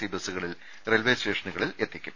C ബസുകളിൽ railway സ്റ്റേഷനുകളിൽ എത്തിക്കും